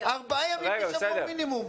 ארבעה ימים בשבוע מינימום.